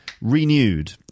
renewed